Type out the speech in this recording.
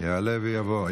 יעלה ויבוא.